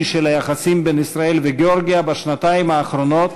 של היחסים בין ישראל וגאורגיה בשנתיים האחרונות,